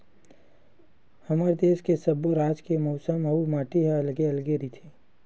हमर देस के सब्बो राज के मउसम अउ माटी ह अलगे अलगे रहिथे